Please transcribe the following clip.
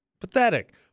Pathetic